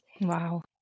Wow